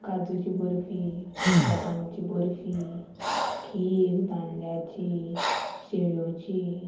काजूची बर्फी बदामाची बर्फी खीर दांडल्याची शेवयोची